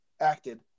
acted